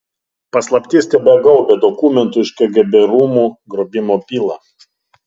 paslaptis tebegaubia dokumentų iš kgb rūmų grobimo bylą